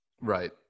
Right